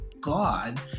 God